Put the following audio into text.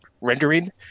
rendering